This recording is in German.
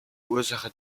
ursache